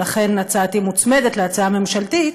ולכן הצעתי מוצמדת להצעה הממשלתית